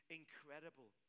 incredible